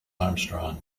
armstrong